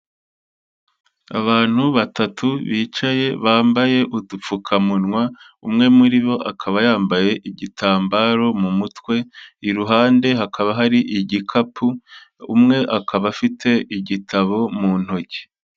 Abantu batatu bicaye bambaye udupfukamunwa, umwe muri bo akaba yambaye igitambaro mu mutwe, iruhande hakaba hari igikapu, umwe akaba afite igitabo mu ntoki.